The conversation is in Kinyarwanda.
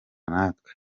natwe